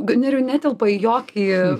nerijau netelpa į jokį